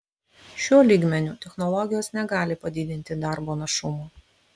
šiuo lygmeniu technologijos negali padidinti darbo našumo